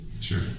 sure